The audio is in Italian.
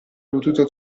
potuto